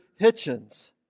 Hitchens